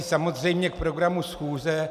Samozřejmě k programu schůze.